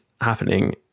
happening